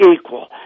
equal